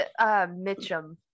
mitchum